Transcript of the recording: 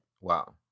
Wow